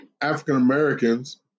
African-Americans